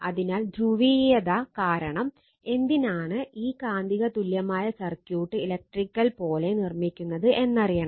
അതിനാൽ ധ്രുവീയത കാരണം എന്തിനാണ് ഈ കാന്തിക തുല്യമായ സർക്യൂട്ട് ഇലക്ട്രിക്കൽ പോലെ നിർമ്മിക്കുന്നത് എന്നറിയണം